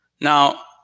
Now